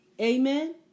Amen